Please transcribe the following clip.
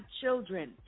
children